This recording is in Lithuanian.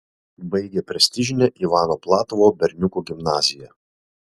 baigė prestižinę ivano platovo berniukų gimnaziją